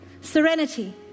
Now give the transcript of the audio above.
Serenity